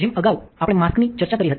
જેમ અગાઉ આપણે માસ્કની ચર્ચા કરી હતી